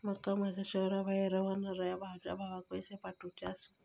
माका माझ्या शहराबाहेर रव्हनाऱ्या माझ्या भावाक पैसे पाठवुचे आसा